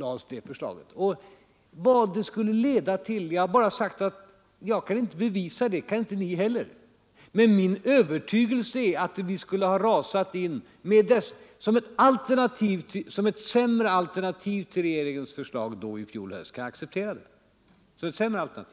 Vad detta förslag skulle ha lett till kan jag inte bevisa, och det kan inte ni heller. Som ett sämre alternativ till regeringens förslag i fjol höst kan jag acceptera det.